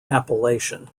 appellation